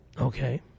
Okay